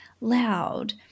loud